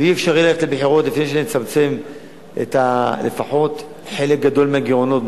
ואי-אפשר יהיה ללכת לבחירות לפני שנצמצם לפחות חלק גדול מהגירעונות,